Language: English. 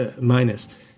minus